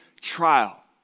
trial